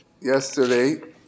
yesterday